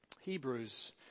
Hebrews